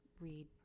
read